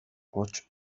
hots